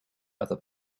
other